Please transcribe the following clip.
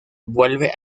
vuelve